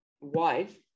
wife